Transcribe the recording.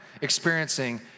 experiencing